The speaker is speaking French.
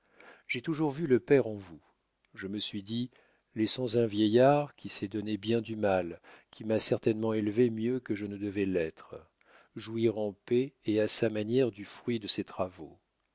j'ai toujours vu le père en vous je me suis dit laissons un vieillard qui s'est donné bien du mal qui m'a certainement élevé mieux que je ne devais l'être jouir en paix et à sa manière du fruit de ses travaux